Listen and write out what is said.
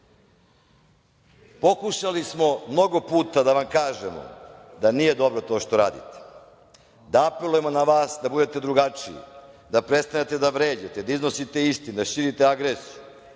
puteve. Pokušali smo mnogo puta da vam kažemo da nije dobro to što radimo, da apelujemo na vas da budete drugačiji, da prestanete da vređate, da iznosite istine, da širite agresiju.